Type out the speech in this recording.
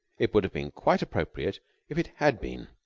it would have been quite appropriate if it had been,